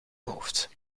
hoofd